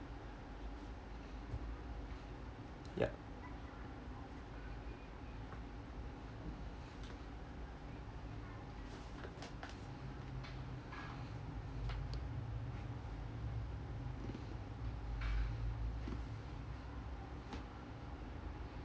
ya